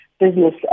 Business